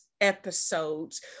episodes